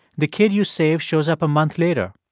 the kid you saved shows up a month later,